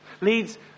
Leads